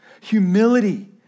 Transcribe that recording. humility